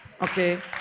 Okay